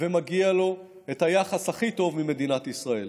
ומגיע לו את היחס הכי טוב ממדינת ישראל.